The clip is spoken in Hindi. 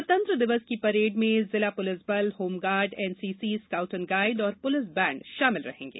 गणतंत्र दिवस की परेड में जिला पुलिस बल होमगार्ड एनसीसी स्काउट एवं गाइड और पुलिस बैंड शाभिल रहेंगे